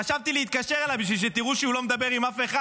חשבתי להתקשר אליו בשביל שתראו שהוא לא מדבר עם אף אחד.